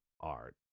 Art